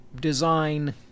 design